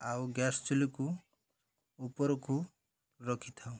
ଆଉ ଗ୍ୟାସ୍ ଚୁଲିକୁ ଉପରକୁ ରଖିଥାଉ